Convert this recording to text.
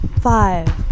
Five